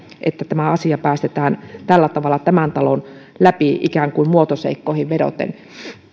että tämä asia päästetään tällä tavalla tämän talon läpi ikään kuin muotoseikkoihin vedoten